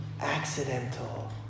accidental